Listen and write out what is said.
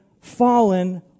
fallen